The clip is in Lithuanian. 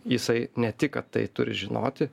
jisai ne tik kad tai turi žinoti